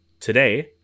Today